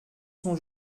son